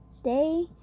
Day